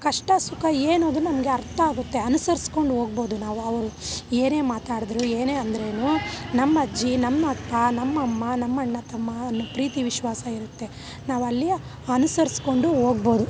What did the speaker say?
ಕಷ್ಟ ಸುಖ ಏನು ಅನ್ನೋದು ನಮಗೆ ಅರ್ಥ ಆಗುತ್ತೆ ಅನುಸರಿಸ್ಕೊಂಡೋಗಬೋದು ನಾವು ಅವರು ಏನೇ ಮಾತಾಡಿದ್ರು ಏನೇ ಅಂದ್ರೂನು ನಮ್ಮಜ್ಜಿ ನಮ್ಮಪ್ಪ ನಮ್ಮಮ್ಮ ನಮ್ಮಣ್ಣ ತಮ್ಮ ಅನ್ನೋ ಪ್ರೀತಿ ವಿಶ್ವಾಸ ಇರುತ್ತೆ ನಾವು ಅಲ್ಲಿಯೂ ಅನುಸರಿಸ್ಕೊಂಡು ಹೋಗ್ಬೋದು